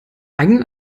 eigenen